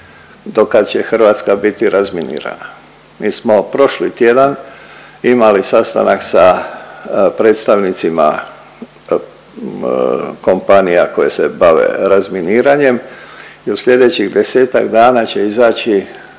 dokad će Hrvatska biti razminirana. Mi smo prošli tjedan imali sastanak sa predstavnicima kompanija koje se bave razminiranjem i u sljedećih desetak dana će izaći